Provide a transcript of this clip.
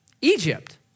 Egypt